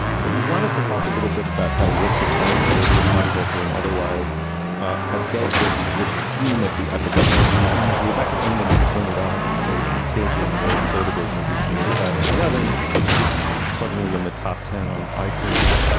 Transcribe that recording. and but we wanted to talk a little bit about how works of art, literature, pop culture and otherwise have dealt with the theme of the epidemic. and as rebecca onion has pointed out on slate contagion, the soderbergh movie from two thousand and eleven is suddenly in the top ten on i-tunes.